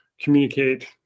communicate